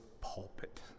pulpit